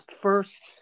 first